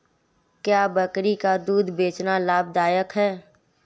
क्या बकरी का दूध बेचना लाभदायक है?